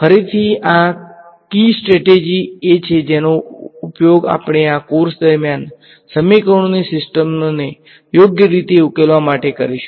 ફરીથી આ key strategy એ છે જેનો ઉપયોગ આપણે આ કોર્સ દરમિયાન સમીકરણોની સિસ્ટમોને યોગ્ય રીતે ઉકેલવા માટે કરીશું